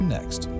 Next